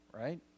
right